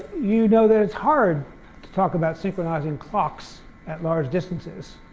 you know that it's hard to talk about synchronizing clocks at large distances.